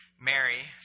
Mary